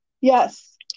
yes